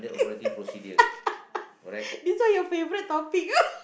this one your favourite topic oh